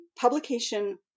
publication